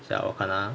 等下 ah 我看 ah